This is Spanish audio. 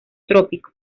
trópico